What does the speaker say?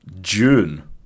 June